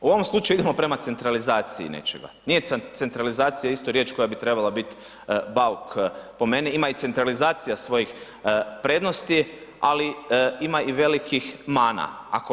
U ovom slučaju idemo prema centralizaciji nečega, nije centralizacija isto riječ koja bi trebala bit bauk po meni, ima i centralizacija svojih prednosti, ali ima i velikih mana.